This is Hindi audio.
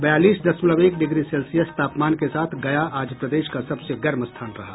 बयालीस दशमलव एक डिग्री सेल्सियस तापमान के साथ गया आज प्रदेश का सबसे गर्म स्थान रहा